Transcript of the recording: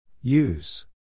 Use